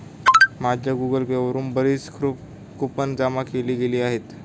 माझ्या Google Pay वर बरीच कूपन जमा केली गेली आहेत